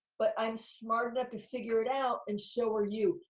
but i'm smart enough to figure it out, and so are you.